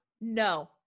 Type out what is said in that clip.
No